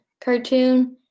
cartoon